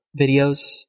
videos